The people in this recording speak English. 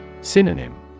Synonym